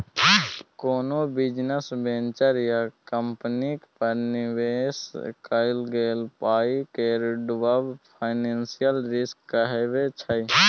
कोनो business venture या कंपनीक पर निबेश कएल गेल पाइ केर डुबब फाइनेंशियल रिस्क कहाबै छै